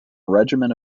regiment